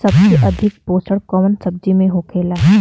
सबसे अधिक पोषण कवन सब्जी में होखेला?